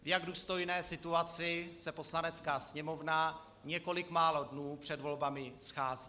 V jak důstojné situaci se Poslanecká sněmovna několik málo dnů před volbami schází.